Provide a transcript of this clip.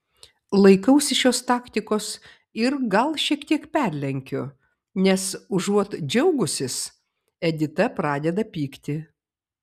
laikausi šios taktikos ir gal šiek tiek perlenkiu nes užuot džiaugusis edita pradeda pykti